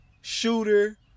shooter